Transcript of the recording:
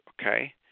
okay